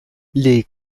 les